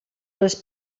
les